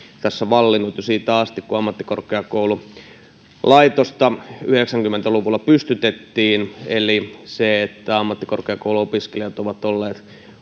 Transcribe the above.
tässä vallinnut jo siitä asti kun ammattikorkeakoululaitosta yhdeksänkymmentä luvulla pystytettiin eli sen että ammattikorkeakouluopiskelijat ovat olleet